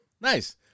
Nice